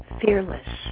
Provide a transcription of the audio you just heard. fearless